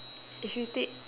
give you tip